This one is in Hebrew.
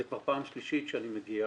זו כבר פעם שלישית שאני מגיע,